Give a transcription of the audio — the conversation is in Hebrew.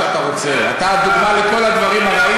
לאן תיקח את עולם התורה?